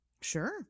Sure